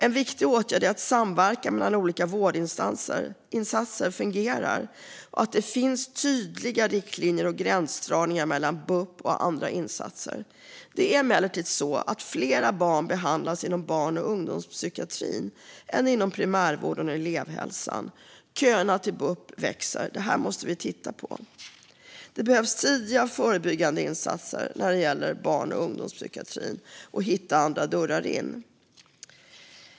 En viktig åtgärd är att samverkan mellan olika vårdinstanser fungerar och att det finns tydliga riktlinjer och gränsdragningar mellan bup och andra instanser. Det är emellertid så att fler barn behandlas inom barn och ungdomspsykiatrin än inom primärvården och elevhälsan. Köerna till bup växer. Detta måste vi titta på. Det behövs tidiga förebyggande insatser när det gäller barn och ungdomspsykiatrin, och man måste hitta andra dörrar in.